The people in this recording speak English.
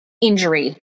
injury